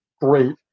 great